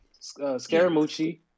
Scaramucci